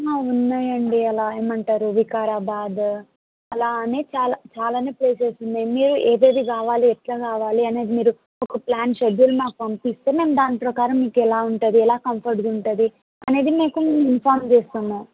ఉన్నాయి అండి అలా ఏమి అంటారు వికారాబాద్ అలా అని చాలా చాలానే ప్లేసెస్ ఉన్నాయి మీరు ఏది ఏది కావాలి ఎట్లా కావాలి అనేది మీరు ఒక ప్లాన్ షెడ్యూల్ మాకు పంపిస్తే మేము దాని ప్రకారం మీకు ఎలా ఉంటుంది ఎలా కంఫర్ట్గా ఉంటుంది అనేది మీకు మేము ఇన్ఫార్మ్ చేస్తాము